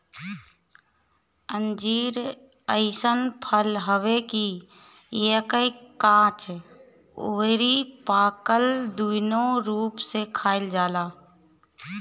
अंजीर अइसन फल हवे कि एके काच अउरी पाकल दूनो रूप में खाइल जाला